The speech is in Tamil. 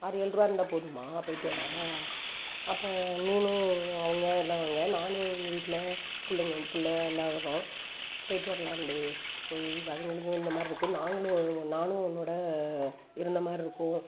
ஆறு ஏழ் ரூபா இருந்தால் போதுமா போய்விட்டு வர்ற அப்போ நீனும் அவங்க எல்லாம் வாங்க நானும் எங்கள் வீட்டில் பிள்ளைங்க என் பிள்ள எல்லாம் வர்றோம் போய்விட்டு வரலான்டி போய் வ அதுங்களுக்கும் இந்த மாரிருக்கும் நாங்களும் வருவோம் நானும் உன்னோடு இருந்த மாரிருக்கும்